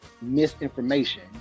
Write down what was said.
misinformation